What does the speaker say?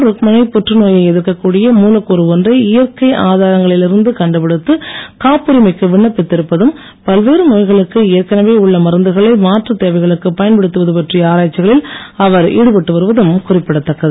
ருக்குமணி புற்றுநோயை எதிர்க்கக்கூடிய மூலக்கூறு ஒன்றை இயற்கை ஆதாரங்களில் இருந்து கண்டுபிடித்து காப்புரிமைக்கு விண்ணப்பித்து இருப்பதும் பல்வேறு நோய்களுக்கு ஏற்கனவே உள்ள மருந்துகளை மாற்றுத் தேவைகளுக்கு பயன்படுத்துவது பற்றிய ஆராய்ச்சிகளில் அவர் ஈடுபட்டு வருவதும் குறிப்பிடத்தக்கது